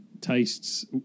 tastes